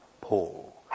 Paul